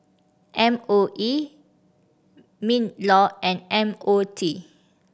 M O E MinLaw and M O T